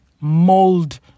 mold